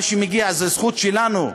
מה שמגיע זה הזכות שלנו,